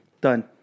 done